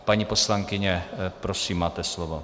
Paní poslankyně, prosím, máte slovo.